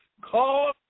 Call